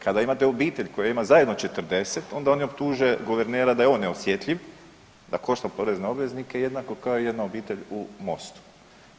Kada imate obitelj koja ima zajedno 40 onda oni optuže guvernera da je on neosjetljiv, da košta porezne obveznike jednako kao i jedna obitelj u MOST-u.